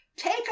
Take